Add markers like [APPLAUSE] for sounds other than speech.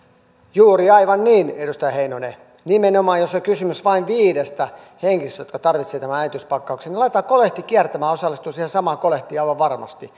juuri aivan niin edustaja heinonen nimenomaan jos on kysymys vain viidestä henkilöstä jotka tarvitsevat äitiyspakkauksen niin laitetaan kolehti kiertämään osallistun siihen samaan kolehtiin aivan varmasti [UNINTELLIGIBLE]